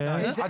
עד